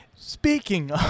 Speaking